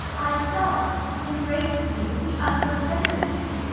i thought he embraced me with the utmost tenderness.